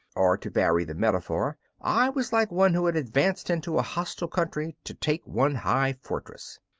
or, to vary the metaphor, i was like one who had advanced into a hostile country to take one high fortress.